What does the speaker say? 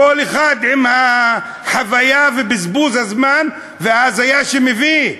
כל אחת עם החוויה ובזבוז הזמן וההזיה שהיא מביאה.